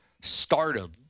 stardom